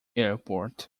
airport